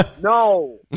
no